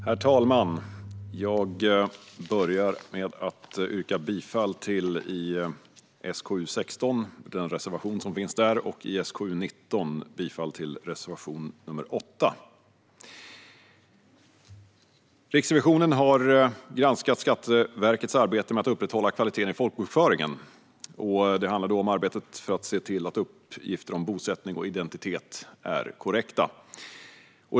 Herr talman! Jag börjar med att yrka bifall till den reservation som finns i SkU16 och till reservation nr 8 i SkU19. Riksrevisionen har granskat Skatteverkets arbete med att upprätthålla kvaliteten i folkbokföringen. Det handlar om arbetet för att se till att uppgifter om bosättning och identitet är korrekta.